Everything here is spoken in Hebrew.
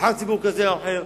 נבחר ציבור כזה או אחר.